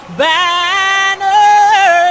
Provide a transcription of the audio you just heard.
banner